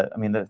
i mean,